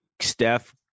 Steph